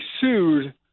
sued